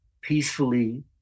peacefully